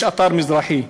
יש אתר מזרחי,